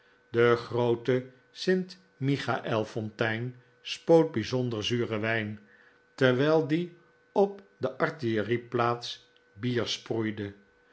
de groote st michael fontein spoot bijzonder zuren wijn terwijl die op de artillerieplaats bier